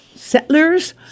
Settlers